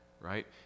right